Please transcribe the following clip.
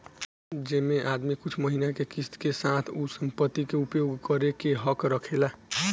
जेमे आदमी कुछ महिना के किस्त के साथ उ संपत्ति के उपयोग करे के हक रखेला